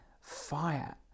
fire